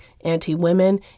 anti-women